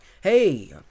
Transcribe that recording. hey